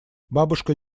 бабушка